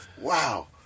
Wow